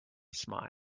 smile